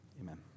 amen